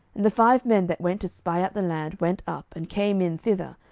the five men that went to spy out the land went up, and came in thither,